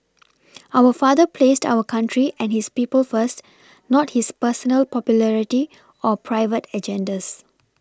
our father placed our country and his people first not his personal popularity or private agendas